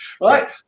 Right